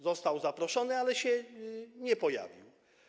Został zaproszony, ale się nie pojawił.